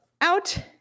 out